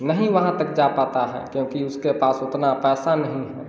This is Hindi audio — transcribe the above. नहीं वहाँ तक जा पाता है क्योंकि उसके पास उतना पैसा नहीं है